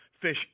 Fish